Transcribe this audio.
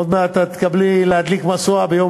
עוד מעט את תקבלי להדליק משואה ביום